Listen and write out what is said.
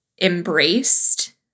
embraced